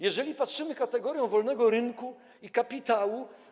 Jeżeli patrzymy w kategoriach wolnego rynku i kapitału.